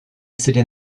assisted